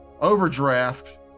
overdraft